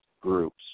groups